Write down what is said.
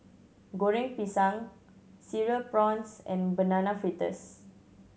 Goreng Pisang Cereal Prawns and Banana Fritters